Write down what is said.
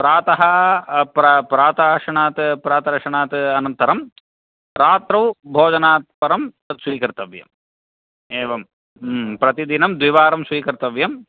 प्रातः प्रातरसनात् प्रातरसनात् अनन्तरं प्रातौ भोजनात् परं तत् स्वीकर्तव्यम् एवं प्रतिदिनं द्विवारं स्वीकर्तव्यं